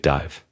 Dive